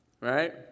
right